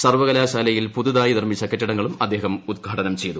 സർവ്വകലാശാലയിൽ പുതുതായി നിർമ്മിച്ച കെട്ടിടങ്ങളും അദ്ദേഹം ഉദ്ഘാടനം ചെയ്തു